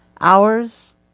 hours